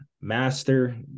Master